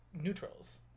neutrals